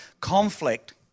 conflict